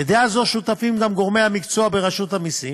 לדעה זו שותפים גם גורמי המקצוע ברשות המסים,